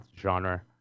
genre